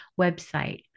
website